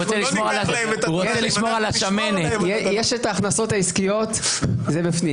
יש את ההכנסות העסקיות - זה בפנים.